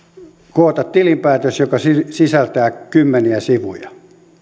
koota tilinpäätös joka sisältää kymmeniä sivuja